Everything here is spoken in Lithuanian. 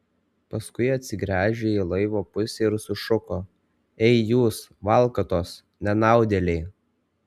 paskui atsigręžė į laivo pusę ir sušuko ei jūs valkatos nenaudėliai